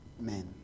men